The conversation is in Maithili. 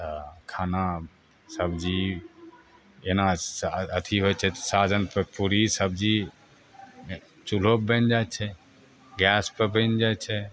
तऽ खाना सबजी एना अथी होइ छै तऽ साधनपर पूड़ी सबजी चुल्होपर बनि जाइ छै गैसपर बनि जाइ छै